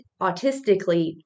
Autistically